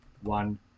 one